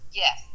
yes